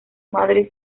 madre